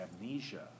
amnesia